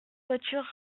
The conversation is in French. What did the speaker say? voiture